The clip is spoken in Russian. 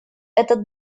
этот